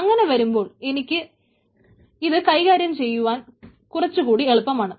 അങ്ങനെ വരുമ്പോൾ എനിക്ക് ഇത് കൈകാര്യം ചെയ്യുവാൻ കുറച്ചു കൂടി എളുപ്പമാണ്